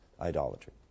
idolatry